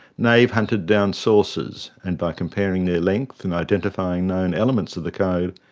nave hunted down sources and, by comparing their length and identifying known elements of the code,